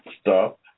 Stop